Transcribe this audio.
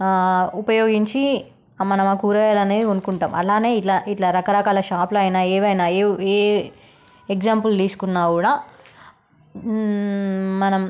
ఉపయోగించి మనం ఆ కూరగాయలు అనేది కొనుకుంటాము అలానే ఇలా ఇలా రకరకాల షాప్లో అయినా ఏవైనా ఏవ్ ఏ ఎగ్జాంపుల్ తీసుకున్నా కూడా మనం